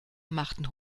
machten